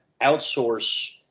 outsource